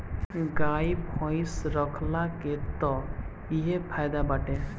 गाई भइस रखला के तअ इहे फायदा बाटे